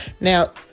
Now